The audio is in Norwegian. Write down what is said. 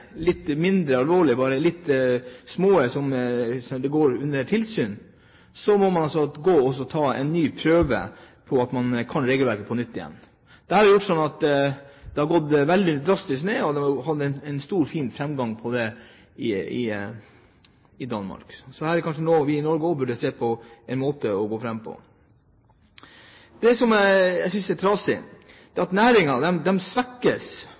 ta en ny prøve for å vise at man kan regelverket. Antallet overtredelser har gått drastisk ned i Danmark – det har vært en stor og fin framgang. Så det er kanskje noe vi i Norge også burde se på om er en måte vi burde gå fram på. Det som jeg synes er trasig, er at næringen faktisk svekkes